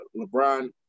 LeBron